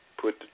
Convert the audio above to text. Put